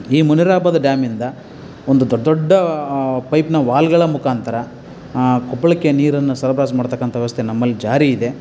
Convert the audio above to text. ಈ ಮುನಿರಾಬಾದ್ ಡ್ಯಾಮಿಂದ ಒಂದು ದೊಡ್ಡ ದೊಡ್ಡ ಪೈಪ್ನ ವಾಲ್ಗಳ ಮುಖಾಂತರ ಕೊಪ್ಪಳಕ್ಕೆ ನೀರನ್ನು ಸರಬರಾಜ್ ಮಾಡತಕ್ಕಂಥ ವ್ಯವಸ್ಥೆ ನಮ್ಮಲ್ಲಿ ಜಾರಿ ಇದೆ